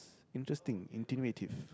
interesting intuitive